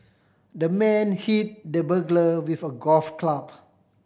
the man hit the burglar with a golf club